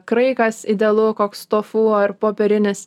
kraikas idealu koks tofu ar popierinis